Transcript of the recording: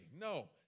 No